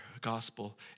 gospel